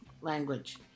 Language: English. language